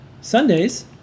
Sundays